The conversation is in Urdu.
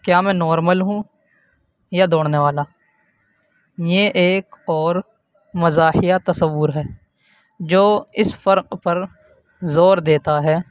کیا میں نارمل ہوں یا دوڑنے والا یہ ایک اور مزاحیہ تصور ہے جو اس فرق پر زور دیتا ہے